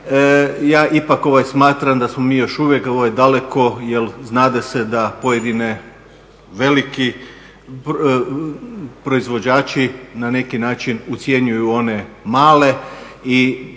ja ipak smatram da smo mi još uvijek daleko jer znade se da pojedini veliki proizvođači na neki način ucjenjuju one male i tu ima